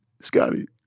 Scotty